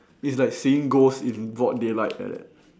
this like seeing ghost in broad daylight like that